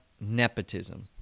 nepotism